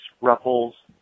Ruffles